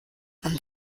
man